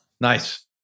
Nice